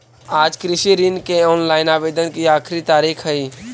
आज कृषि ऋण के ऑनलाइन आवेदन की आखिरी तारीख हई